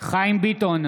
חיים ביטון,